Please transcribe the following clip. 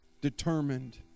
determined